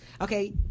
okay